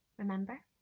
remember?